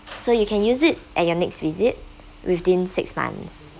so you can use it at your next visit within six months